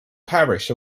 parish